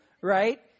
right